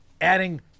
adding